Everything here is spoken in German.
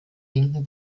linken